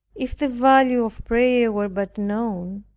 if the value of prayer were but known,